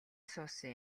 суусан